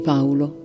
Paolo